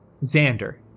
Xander